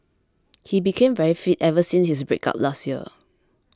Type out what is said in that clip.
he became very fit ever since his breakup last year